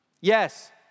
Yes